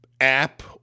app